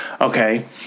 Okay